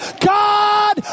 God